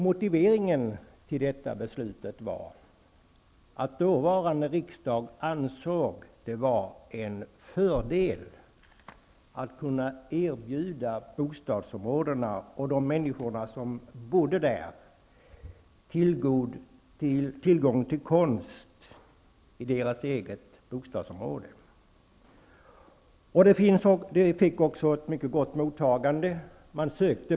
Motiveringen till detta beslut var att dåvarande riksdag ansåg det vara en fördel att kunna erbjuda bostadsområdena och de människor som bodde där tillgång till konst i det egna området. Beslutet fick ett mycket gott mottagande.